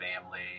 family